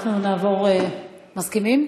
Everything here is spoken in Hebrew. מסכימים?